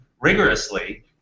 rigorously